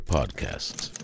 Podcasts